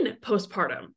postpartum